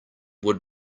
would